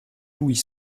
louis